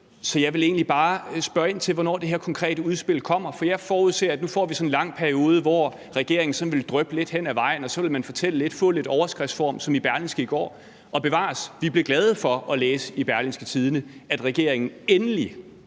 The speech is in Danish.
Så jeg vil egentlig bare spørge ind til, hvornår det her konkrete udspil kommer, for jeg forudser, at nu får vi sådan en lang periode, hvor regeringen vil drøfte det lidt hen ad vejen, og så vil man fortælle lidt i sådan overskriftsform som i Berlingske i går. Og bevares, vi blev glade for at læse i Berlingske, at regeringen endelig